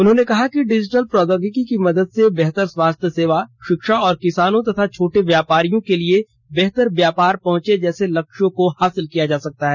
उन्होंने कहा कि डिजिटल प्रौद्योगिकी की मदद से बेहतर स्वास्थ्य सेवा शिक्षा और किसानों तथा छोटे व्यापारियों के लिए बेहतर व्यापार पहुंच जैसे लक्ष्यों को हासिल किया जा सकता है